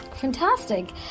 Fantastic